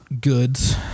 goods